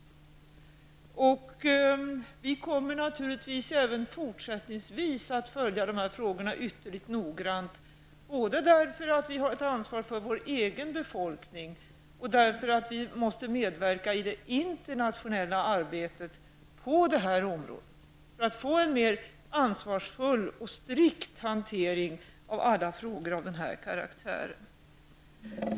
Och vi kommer naturligtvis även fortsättningsvis att följa dessa frågor ytterligt noggrant, både därför att vi har ett ansvar för vår egen befolkning och därför att vi måste medverka i det internationella arbetet på detta område för att få en mer ansvarsfull och strikt hantering av alla frågor av denna karaktär.